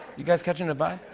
you guys catching a vibe?